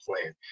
plan